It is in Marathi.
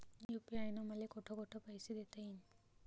यू.पी.आय न मले कोठ कोठ पैसे देता येईन?